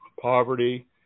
poverty